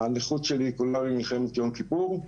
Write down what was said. הנכות שלי היא כולה ממלחמת יום כיפור.